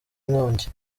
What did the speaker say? nkongi